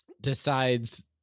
decides